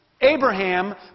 Abraham